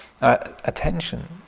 attention